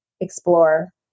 explore